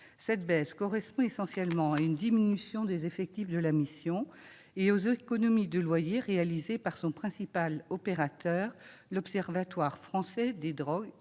Cette baisse correspond essentiellement à une diminution des effectifs de la mission et aux économies de loyer réalisées par son principal opérateur, l'Observatoire français des drogues